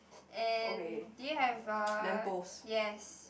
and do you have a yes